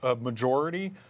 ah majority,